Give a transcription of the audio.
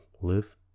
live